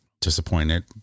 disappointed